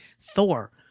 thor